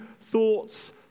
thoughts